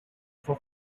for